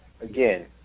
again